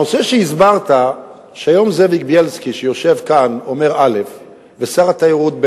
הנושא שהסברת שהיום זאביק בילסקי שיושב כאן אומר א' ושר התיירות,